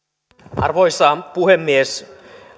arvoisa puhemies